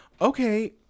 okay